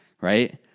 right